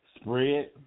spread